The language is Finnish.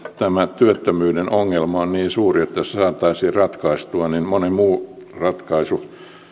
tämä työttömyyden ongelma on niin suuri että jos se saataisiin ratkaistua niin moni muu ratkaisu